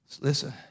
Listen